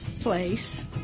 place